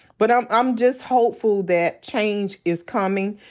but i'm i'm just hopeful that change is coming,